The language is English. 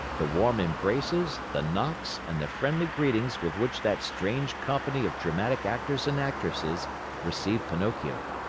the warm embraces, the knocks, and the friendly greetings with which that strange company of dramatic actors and actresses received pinocchio.